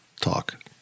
talk